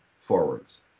forwards